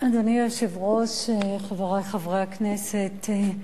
אדוני היושב-ראש, חברי חברי הכנסת,